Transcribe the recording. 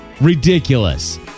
Ridiculous